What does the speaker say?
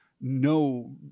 no